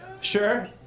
Sure